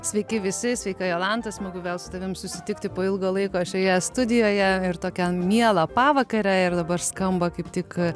sveiki visi sveika jolanta smagu vėl su tavim susitikti po ilgo laiko šioje studijoje ir tokią mielą pavakarę ir dabar skamba kaip tik